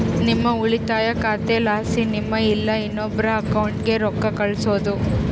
ನಿಮ್ಮ ಉಳಿತಾಯ ಖಾತೆಲಾಸಿ ನಿಮ್ಮ ಇಲ್ಲಾ ಇನ್ನೊಬ್ರ ಅಕೌಂಟ್ಗೆ ರೊಕ್ಕ ಕಳ್ಸೋದು